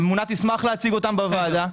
הממונה תשמח להציג אותם בוועדה.